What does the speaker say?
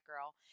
girl